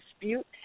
dispute